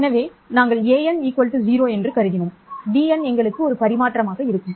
எனவே நாங்கள் ஒரு 0 என்று கருதினோம் bn எங்களுக்கு ஒரு பரிமாற்றம் இருக்கும்